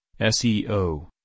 SEO